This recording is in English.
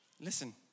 Listen